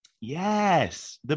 Yes